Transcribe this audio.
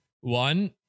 One